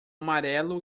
amarelo